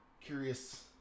curious